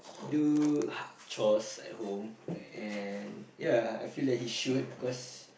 do chores at home and ya I feel that he should because